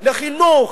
לחינוך,